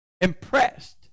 impressed